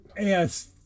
Yes